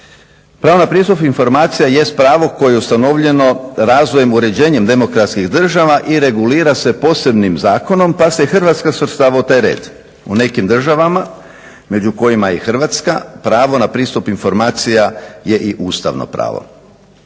Pravo na pristup informacijama jest pravo koje je ustanovljeno razvojem uređenja demokratskih država i regulira se posebnim zakonom pa se Hrvatska svrstava u taj red. U nekim državama među kojima je i Hrvatska pravo na pristup informacijama je i ustavno pravo.